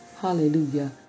Hallelujah